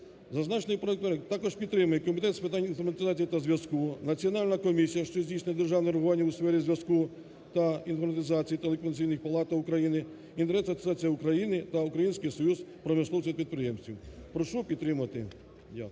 Зазначений законопроект також підтримує Комітет з питань інформатизації та зв'язку, Національна комісія, що здійснює державне регулювання у сфері зв'язку та інформатизації, "Телекомунікаційна палата України", Інтернет Асоціація України та Український союз промисловців і підприємців. Прошу підтримати. Дякую.